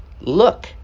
look